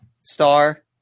Star